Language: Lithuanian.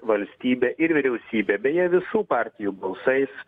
valstybė ir vyriausybė beje visų partijų balsais